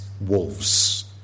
wolves